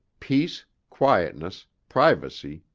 peace, quietness, privacy,